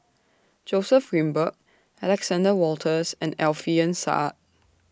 Joseph Grimberg Alexander Wolters and Alfian Sa'at